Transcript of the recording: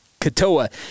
Katoa